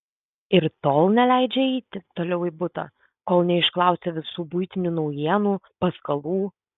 ir tol neleidžia eiti toliau į butą kol neišklausia visų buitinių naujienų paskalų